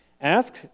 Ask